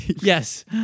yes